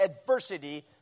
adversity